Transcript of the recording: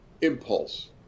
impulse